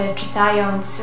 czytając